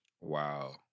Wow